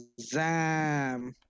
Zam